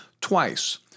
twice